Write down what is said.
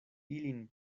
ilin